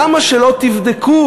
למה שלא תבדקו,